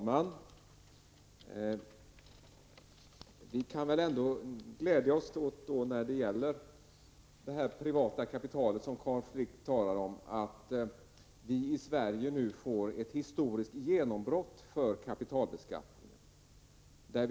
Herr talman! När det gäller det privata kapital som Carl Frick talar om kan vi glädja oss åt att vi nu i Sverige får ett historiskt genombrott för kapitalbeskattning.